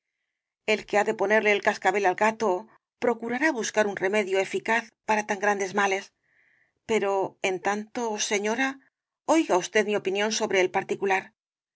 el que ha de ponerle el cascabel al gato procurará buscar un remedio eficaz para tan grandes males pero en tanto señora oiga usted mi opinión sobre el particular